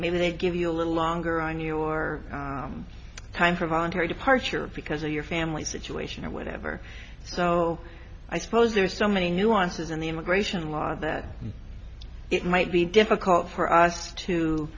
may they give you a little longer on your time for voluntary departure because of your family situation or whatever so i suppose there are so many nuances in the immigration law that it might be difficult for us to